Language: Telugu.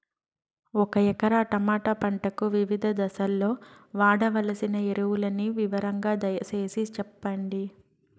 ఒక ఎకరా టమోటా పంటకు వివిధ దశల్లో వాడవలసిన ఎరువులని వివరంగా దయ సేసి చెప్పండి?